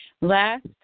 Last